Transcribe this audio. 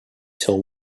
till